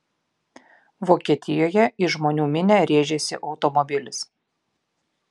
vokietijoje į žmonių minią rėžėsi automobilis